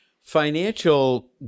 financial